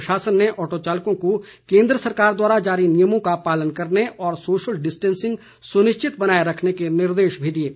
प्रशासन ने ऑटो चालकों को केंद्र सरकार द्वारा जारी नियमों का पालन करने और सोशल डिस्टेंसिंग सुनिश्चित बनाए रखने के निर्देश भी दिए हैं